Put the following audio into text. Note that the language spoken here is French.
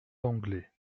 langlet